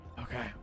Okay